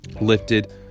lifted